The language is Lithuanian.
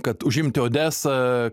kad užimti odesą